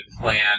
plan